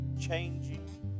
changing